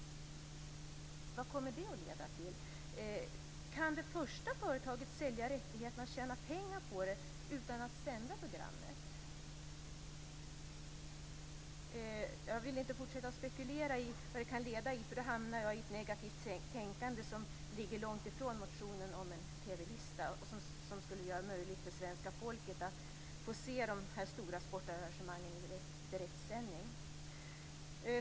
Vad kommer det att leda till? Kan det första företaget sälja rättigheterna och tjäna pengar på det utan att sända programmet? Jag vill inte fortsätta och spekulera i vad det kan leda till, därför att då hamnar jag i ett negativt tänkande, som ligger långtifrån motionen om en TV-lista som skulle göra det möjligt för svenska folket att få se de stora sportarrangemangen i direktsändning.